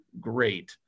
great